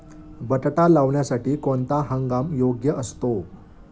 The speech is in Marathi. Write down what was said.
बटाटा लावण्यासाठी कोणता हंगाम योग्य असतो?